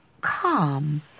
calm